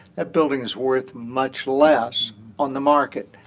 that building is worth much less on the market.